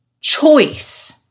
choice